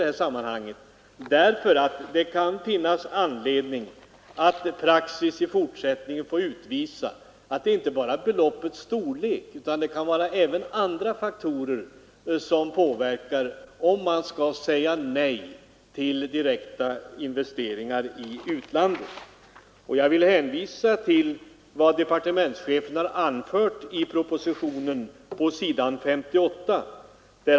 Det tyckte vi var orimligt. Det kan finnas anledning att låta praxis i fortsättningen utvisa att det inte bara är beloppets storlek, utan även andra faktorer som påverkar om det skall sägas nej till direkta investeringar i utlandet. Jag vill hänvisa till vad departementschefen har anfört i propositionen på s. 58.